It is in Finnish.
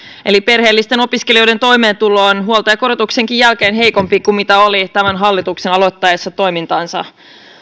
eli perheellisten opiskelijoiden toimeentulo on huoltajakorotuksenkin jälkeen heikompi kuin tämän hallituksen aloittaessa toimintansa